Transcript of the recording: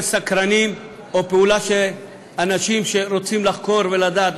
סקרנים או של אנשים שרוצים לחקור ולדעת,